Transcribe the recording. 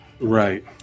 right